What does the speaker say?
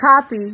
copy